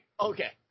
Okay